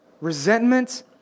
resentment